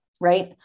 right